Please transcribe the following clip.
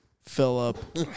Philip